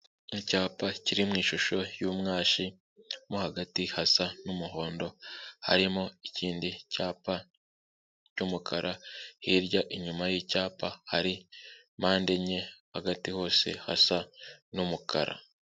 Icyapa kiri mu ishusho y'umwashi mo hagati hasa n'umuhondo, harimo ikindi cyapa cy'umukara, hirya inyuma y'icyapa hari mpandenye hagati hose hasa n'umukara.